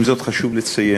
עם זאת, חשוב לציין,